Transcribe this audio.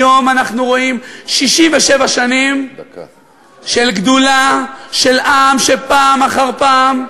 היום אנחנו רואים 67 שנים של גדולה של עם שפעם אחר פעם,